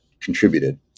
contributed